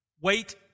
wait